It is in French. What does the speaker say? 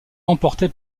remportée